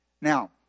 Now